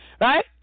right